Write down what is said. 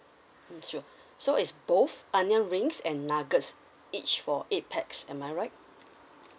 mm sure so is both onion rings and nuggets each for eight pax am I right